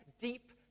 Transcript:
deep